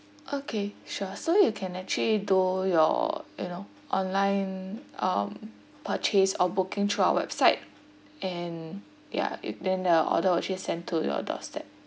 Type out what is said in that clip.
okay sure so you can actually do your you know online um purchase or booking through our website and ya then the order will actually sent to your doorstep